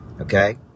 okay